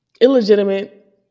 illegitimate